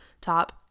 top